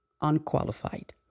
unqualified